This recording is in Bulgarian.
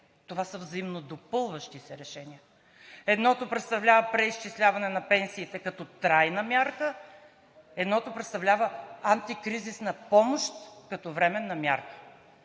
това са взаимодопълващи се решения. Едното представлява преизчисляване на пенсиите като трайна мярка, едното представлява антикризисна помощ като временна мярка.